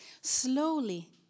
Slowly